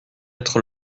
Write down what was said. être